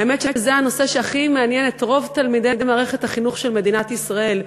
האמת שזה הנושא שהכי מעניין את רוב תלמידי מערכת החינוך של מדינת ישראל.